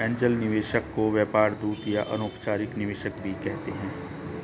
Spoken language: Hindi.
एंजेल निवेशक को व्यापार दूत या अनौपचारिक निवेशक भी कहते हैं